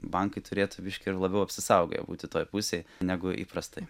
bankai turėtų biški ir labiau apsisaugoję būti toj pusėj negu įprastai